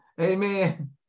Amen